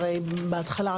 בהתחלה,